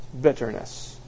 bitterness